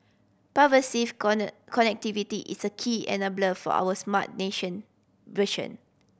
pervasive connectivity is a key enabler for our smart nation vision